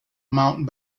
mount